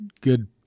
good